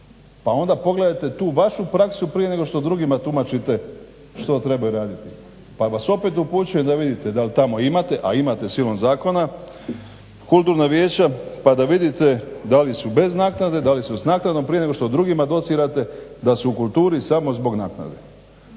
Pa onda pogledajte tu vašu praksu prije nego što drugima tumačite što trebaju raditi, pa vas opet upućujem da vidite dal' tamo imate, a imate silom zakona kulturna vijeća pa da vidite da li su bez naknade, da li su s naknadom prije nego što drugima docirate da su u kulturi samo zbog naknade.